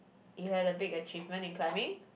you had a big achievement in climbing